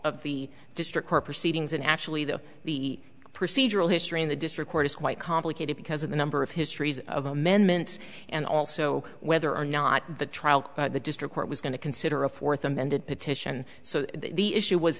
of the district court proceedings and actually the procedural history of the district court is quite complicated because of the number of histories of amendments and also whether or not the trial the district court was going to consider a fourth amended petition so the issue was